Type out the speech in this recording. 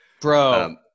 Bro